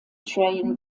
train